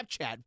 Snapchat